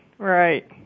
Right